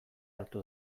hartu